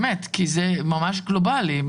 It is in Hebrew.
כי זה ממש גלובלי,